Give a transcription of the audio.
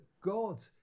God